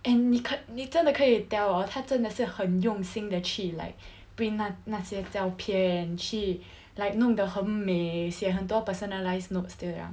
and 妳可妳真的可以 tell hor 她真的是很用心地去 like print 那那些照片去弄得很美写很多 personalised notes 这样